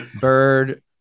Bird